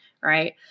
Right